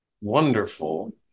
Wonderful